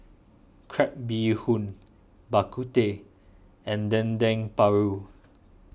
Crab Bee Hoon Bak Kut Teh and Dendeng Paru